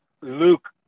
Luke